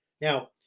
Now